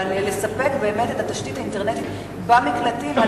לספק את התשתית האינטרנטית במקלטים על